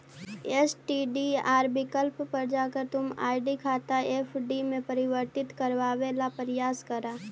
STDR विकल्प पर जाकर तुम आर.डी खाता एफ.डी में परिवर्तित करवावे ला प्रायस करा